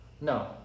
No